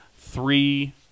three